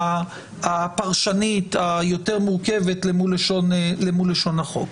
הפרשנית היותר מורכבת למול לשון החוק.